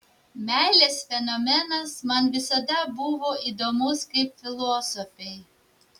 meilės fenomenas man visada buvo įdomus kaip filosofei